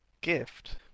gift